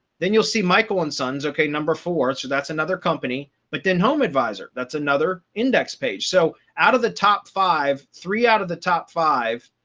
then you'll see michael and sons, okay, number four, so that's another company. but then home advisor, that's another index page. so out of the top five, three out of the top five,